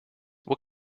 what